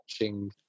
watching